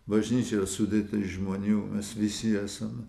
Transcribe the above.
bažnyčia yra sudėta iš žmonių mes visi esam